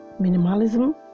minimalism